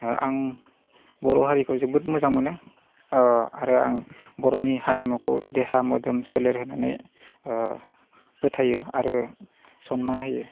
आं बर' हारिखौ जोबोद मोजां मोनो आरो आं बर'नि हारिमुखौ देहा मोदोम सोलेर होनानै फोथायो आरो सन्मान होयो